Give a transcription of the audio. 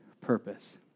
purpose